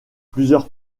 plusieurs